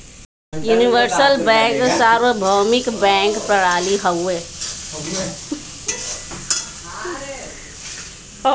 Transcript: universal bank सार्वभौमिक bank प्रणाली हौ